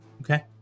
Okay